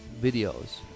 videos